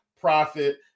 profit